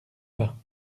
pas